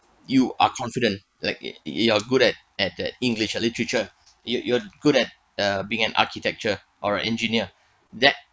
you are confident like it you are good at at that english or literature you're you're good at uh being an architecture or an engineer that